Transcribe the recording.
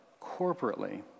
corporately